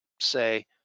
say